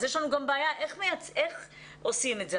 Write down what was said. אז יש לנו גם בעיה איך עושים את זה,